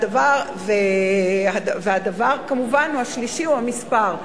הדבר השלישי, כמובן, הוא המספר.